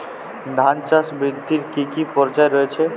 ধান চাষ বৃদ্ধির কী কী পর্যায় রয়েছে?